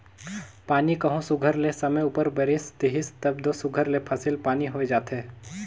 पानी कहों सुग्घर ले समे उपर बरेस देहिस तब दो सुघर ले फसिल पानी होए जाथे